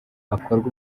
hakorwa